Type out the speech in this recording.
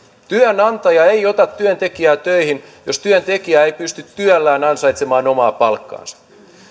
työnantaja ei ota työntekijää töihin jos työntekijä ei pysty työllään ansaitsemaan omaa palkkaansa